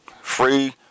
Free